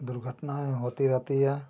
दुर्घटनाएँ होती रहती हैं